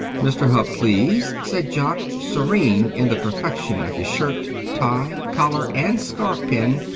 mr. hupp, please, said jock, serene in the perfection of his shirt, tie, collar and scarf pin,